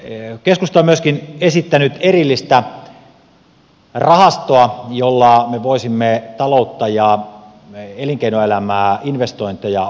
keskusta on myöskin esittänyt erillistä rahastoa jolla me voisimme taloutta ja elinkeinoelämää investointeja vauhdittaa